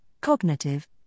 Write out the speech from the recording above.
cognitive